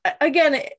Again